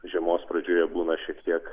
žiemos pradžioje būna šiek tiek